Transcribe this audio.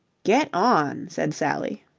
get on, said sally.